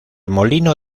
molino